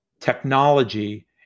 technology